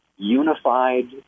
unified